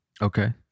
Okay